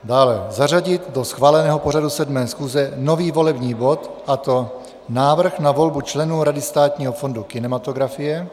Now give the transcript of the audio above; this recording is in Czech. Dále zařadit do schváleného pořadu 7. schůze nový volební bod, a to návrh na volbu členů Rady Státního fondu kinematografie.